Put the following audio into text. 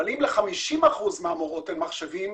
אבל אם ל-50% מהמורות אין מחשבים,